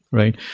right?